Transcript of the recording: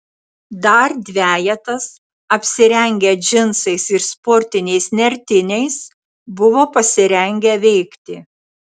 dar dvejetas apsirengę džinsais ir sportiniais nertiniais buvo pasirengę veikti